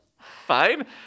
fine